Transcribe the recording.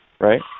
right